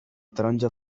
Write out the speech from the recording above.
taronja